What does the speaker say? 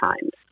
times